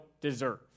deserve